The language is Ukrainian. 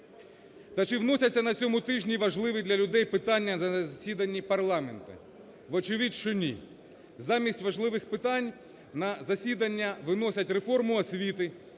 Та чи вносяться на цьому тижні важливі для людей питання на засіданні парламенту? Вочевидь, що ні. Замість важливих питань на засідання виносять реформу освіти,